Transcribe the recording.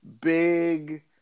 Big